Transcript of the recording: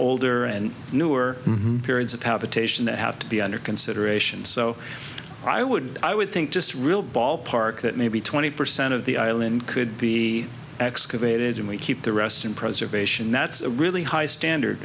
older and newer periods of habitation that have to be under consideration so i would i would think just real ballpark that maybe twenty percent of the island could be excavated and we keep the rest in preservation that's a really high standard